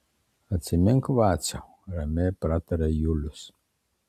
atsimink vaciau ramiai prataria julius